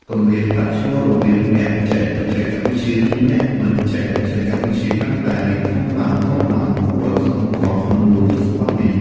គម្លាតប្រាក់ឈ្នួលរវាងអ្នកចេះបច្ចេកវិទ្យានិងអ្នកមិនចេះបច្ចេកវិទ្យាកាន់តែរីកធំឡើងៗគួរឱ្យកត់សម្គាល់ក្នុងមួយទសវត្សរ៍នេះ។